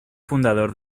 fundador